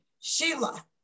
Sheila